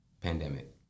pandemic